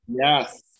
yes